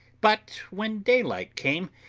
but when daylight came,